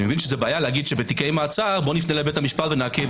בעיה לומר שבתיקי מעצר נפנה לבית המשפט ונעכב